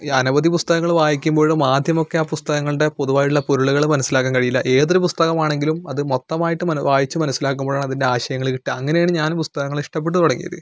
ഈ അനവധി പുസ്തകങ്ങള് വായിക്കുമ്പൊളും ആദ്യമൊക്കെ ആ പുസ്തകങ്ങളുടെ പൊതുവായുള്ള പൊരുളുകള് മനസ്സിലാക്കാൻ കഴിയില്ല ഏതൊരു പുസ്തകമാണെങ്കിലും അത് മൊത്തമായിട്ട് മന വായിച്ചു മനസ്സിലാക്കുമ്പൊഴാണ് അതിൻ്റെ ആശയങ്ങള് കിട്ടുക അങ്ങനെയാണ് ഞാനും പുസ്തകങ്ങള് ഇഷ്ടപ്പെട്ട് തുടങ്ങിയത്